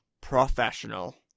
professional